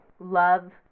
love